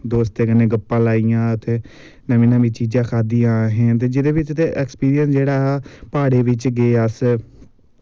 दोस्तें कन्नै गप्पां लाइयां उत्थें नमी नमी चीजां खादियां असैें ते जेह्दे बिच्च ते ऐक्सपिरियंस जेह्ड़ा हा प्हाड़ें बिच्च गे अस